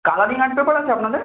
colouring art paper আছে আপনাদের